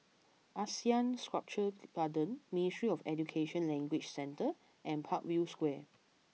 Asean Sculpture Garden Ministry of Education Language Centre and Parkview Square